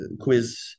quiz